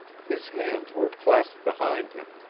his hands were clasped behind him,